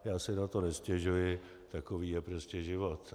Já si na to nestěžuji, takový je prostě život.